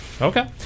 Okay